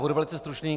Budu velice stručný.